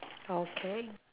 okay